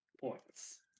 points